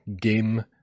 Game